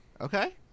Okay